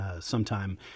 sometime